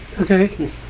Okay